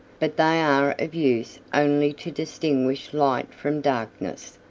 but they are of use only to distinguish light from darkness.